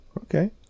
okay